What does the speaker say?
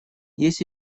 есть